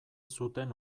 zuten